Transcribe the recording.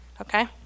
Okay